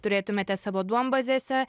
turėtumėte savo duombazėse